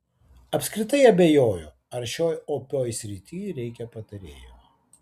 apskritai abejoju ar šioj opioj srity reikia patarėjų